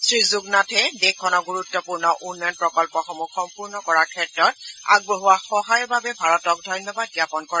শ্ৰী যুগনাথে দেশখনৰ গুৰুত্পূৰ্ণ উন্নয়ন প্ৰকল্পসমূহ সম্পূৰ্ণ কৰাৰ ক্ষেত্ৰত আগবঢ়োৱা সহায়ৰ বাবে ভাৰতক ধন্যবাদ জ্ঞাপন কৰে